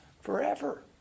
forever